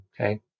okay